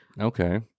okay